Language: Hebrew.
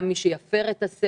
באותו אופן, גם למי שיפר את הסגר.